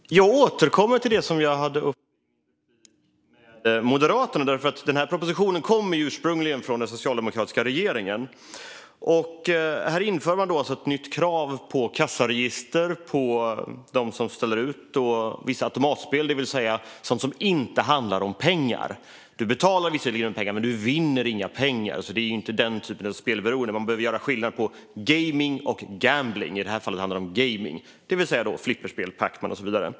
Herr talman! Jag återkommer till det jag tog upp i replikskiftet med Moderaterna. Den här propositionen kommer ursprungligen från den tidigare socialdemokratiska regeringen. Här införs alltså ett nytt krav på kassaregister för dem som ställer ut vissa automatspel, det vill säga spel som inte handlar om pengar. Du betalar visserligen pengar, men du vinner inga pengar; det är alltså inte den typen av spelberoende. Man behöver göra skillnad på gaming och gambling, och i det här fallet handlar det om gaming - det vill säga flipperspel, Pac-Man och så vidare.